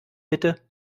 bitte